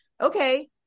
okay